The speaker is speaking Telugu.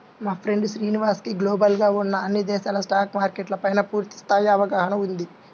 మా ఫ్రెండు శ్రీనివాస్ కి గ్లోబల్ గా ఉన్న అన్ని దేశాల స్టాక్ మార్కెట్ల పైనా పూర్తి స్థాయి అవగాహన ఉంది